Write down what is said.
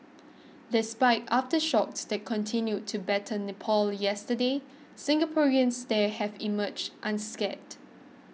despite aftershocks that continued to batter Nepal yesterday Singaporeans there have emerged unscathed